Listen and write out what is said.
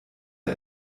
der